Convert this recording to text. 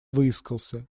выискался